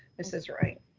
ms. wright.